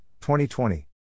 2020